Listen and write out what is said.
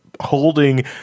holding